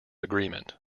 agreement